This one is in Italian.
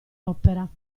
opera